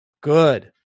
good